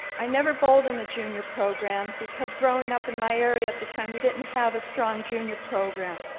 i never bowled in the junior program because growing up in my area at the time we didn't have a strong junior program,